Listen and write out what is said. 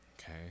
Okay